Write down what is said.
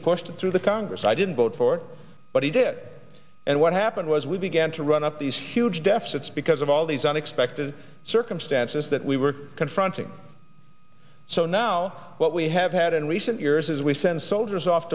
pushed through the congress i didn't vote for but he did and what happened was we began to run up these huge deficits because of all these unexpected circumstances that we were confronting so now what we have had in recent years is we send soldiers off